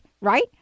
right